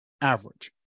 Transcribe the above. average